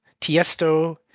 Tiesto